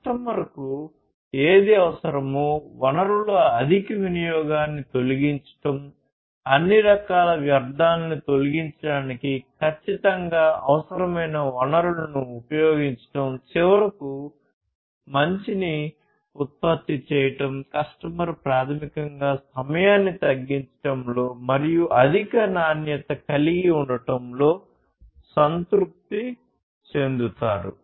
కస్టమర్కు ఏది అవసరమో వనరుల అధిక వినియోగాన్ని తొలగించడం అన్ని రకాల వ్యర్ధాలను తొలగించడానికి ఖచ్చితంగా అవసరమైన వనరులను ఉపయోగించడం చివరకు మంచిని ఉత్పత్తి చేయడం కస్టమర్ ప్రాథమికంగా సమయాన్ని తగ్గించడంలో మరియు అధిక నాణ్యత కలిగి ఉండటంలో సంతృప్తి చెందుతారు